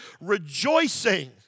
Rejoicing